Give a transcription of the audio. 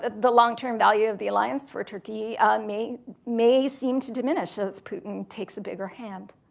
the long-term value of the alliance for turkey may may seem to diminish, as putin takes a bigger hand.